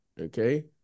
okay